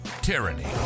tyranny